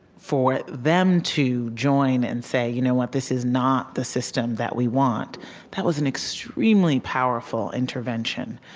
for them to join and say, you know what? this is not the system that we want that was an extremely powerful intervention,